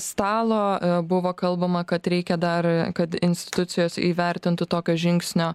stalo buvo kalbama kad reikia dar kad institucijos įvertintų tokio žingsnio